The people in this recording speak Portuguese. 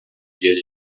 dias